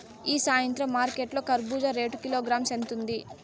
ఈ సాయంత్రం మార్కెట్ లో కర్బూజ రేటు కిలోగ్రామ్స్ ఎంత ఉంది?